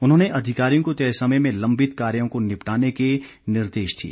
उन्होंने अधिकारियों को तय समय में लंबित कार्यों को निपटाने के निर्देश दिए